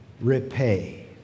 Repay